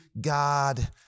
God